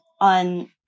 on